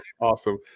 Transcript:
awesome